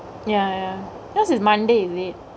ya ya yours is monday is it